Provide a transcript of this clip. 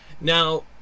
now